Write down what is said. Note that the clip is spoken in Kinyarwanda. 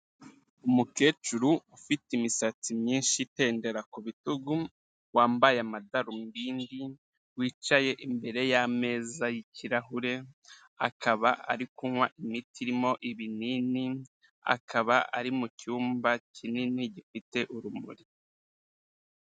Umukecuru ufite imisatsi myinshi itendera ku bitugu, wambaye amadarubindi, wicaye imbere y'ameza y'ikirahure, akaba ari kunywa imiti irimo ibinini, akaba ari mu cyumba kinini gifite urumuri.